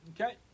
Okay